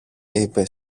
είπε